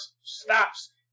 stops